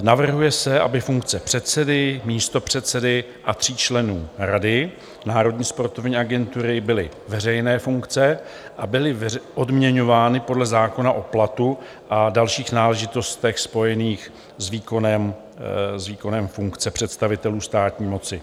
Navrhuje se, aby funkce předsedy, místopředsedy a tří členů Rady národní sportovní agentury byly veřejné funkce a byly odměňovány podle zákona o platu a dalších náležitostech spojených s výkonem s výkonem funkce představitelů státní moci.